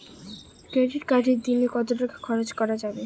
Credit কার্ডে দিনে কত টাকা খরচ করা যাবে?